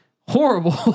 horrible